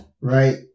right